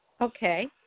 Okay